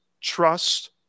trust